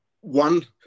one